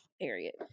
Period